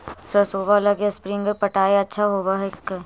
सरसोबा लगी स्प्रिंगर पटाय अच्छा होबै हकैय?